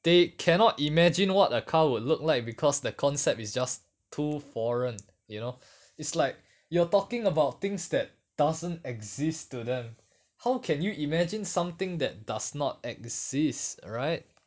they cannot imagine what a car would look like because the concept is just too foreign you know it's like you're talking about things that doesn't exist to them how can you imagine something that does not exists right